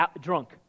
drunk